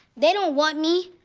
they don't want me!